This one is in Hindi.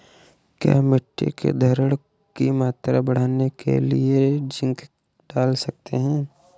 क्या मिट्टी की धरण की मात्रा बढ़ाने के लिए जिंक डाल सकता हूँ?